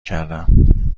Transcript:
کردم